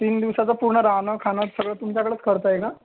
तीन दिवसाचं पूर्ण राहणं खाणं सगळं तुमच्याकडंच खर्च आहे का